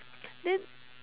then